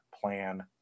plan